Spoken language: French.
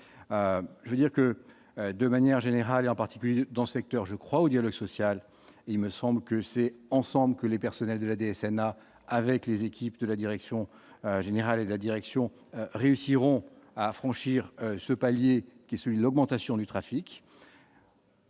je veux dire que de manière générale et en particulier dans le secteur, je crois au dialogue social, il me semble que c'est ensemble que les personnels de la DSN a avec les équipes de la direction générale de la direction réussiront à franchir ce palier qui celui l'augmentation du trafic.